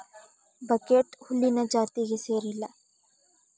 buckwheat ಹುಲ್ಲಿನ ಜಾತಿಗೆ ಸೇರಿಲ್ಲಾ